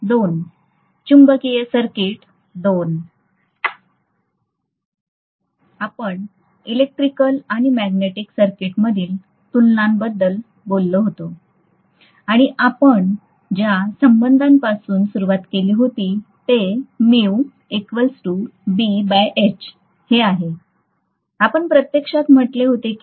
तर आपण इलेक्ट्रिकल आणि मॅग्नेटिक सर्किटमधील तुलनांबद्दल बोललो होतो आणि आपण ज्या संबंधापासून सुरुवात केली होती ते हे आहे आपण प्रत्यक्षात म्हटले होते की